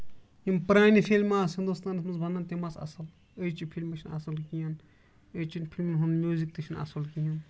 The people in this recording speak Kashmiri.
یِم پرٲنہِ فِلمہٕ آسہٕ ہِندوستانَس منٛز وَنان تِم آسہٕ اَصٕل أزچہِ فِلمہٕ چھِ نہٕ اَصٕل کیٚنٛہہ أزچین فِلمَن ہُند موٗزِک تہِ چھُنہٕ اَصٕل کِہینۍ